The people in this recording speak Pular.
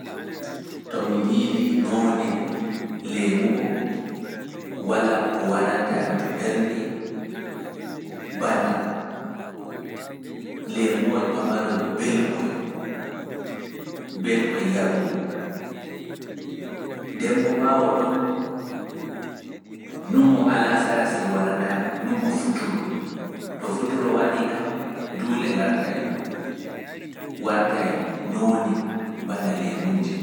To mi miili noone leemubo, walaa ko waranta yam to ɓernde, bana, leemuwoy pamaroy belkoy, belkoy yarugo. Dembo ɓaawo ɗon, nuumu ala sara si warana numa futuro to futuro waɗi kam duule gartay wartay nooni bana leemuuje.